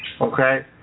Okay